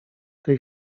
tej